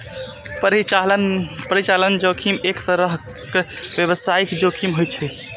परिचालन जोखिम एक तरहक व्यावसायिक जोखिम होइ छै